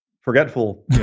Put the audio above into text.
forgetful